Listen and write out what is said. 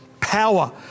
power